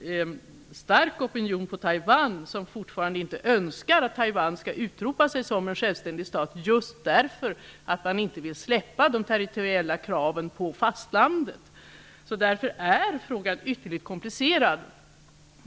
en stark opinion på Taiwan som fortfarande inte önskar att Taiwan skall utropa sig som en självständig stat just därför att man inte vill släppa de territoriella kraven på fastlandet. Därför är frågan ytterligt komplicerad.